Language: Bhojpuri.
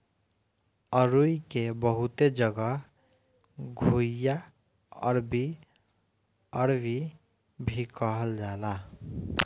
अरुई के बहुते जगह घुइयां, अरबी, अरवी भी कहल जाला